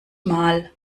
mal